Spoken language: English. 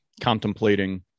contemplating